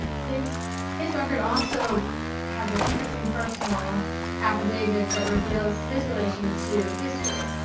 his his record also has an interesting personal affidavit that reveals his relation to history.